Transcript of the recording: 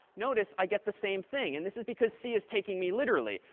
notice i get the same thing. and this is because c is taking me literally.